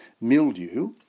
mildew